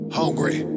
hungry